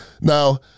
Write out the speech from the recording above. Now